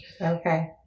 okay